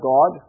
God